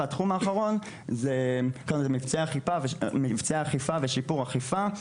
והתחום האחרון הוא מבצעי אכיפה ושיפור אכיפה.